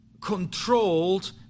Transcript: controlled